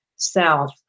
South